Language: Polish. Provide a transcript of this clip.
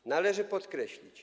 To należy podkreślić.